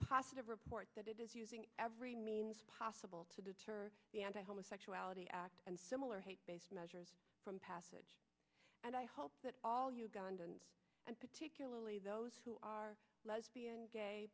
positive report that is using every means possible to deter the anti homosexuality act and similar hate based measures from passage and i hope that all ugandans and particularly those who are lesbian gay